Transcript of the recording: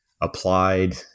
applied